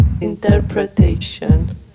Interpretation